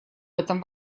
этом